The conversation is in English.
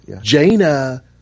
Jaina